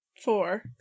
Four